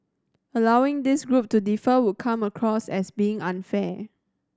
allowing this group to defer would come across as being unfair